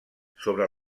sobre